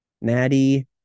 Natty